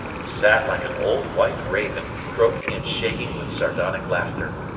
he sat like an old white raven, croaking and shaking with sardonic laughter.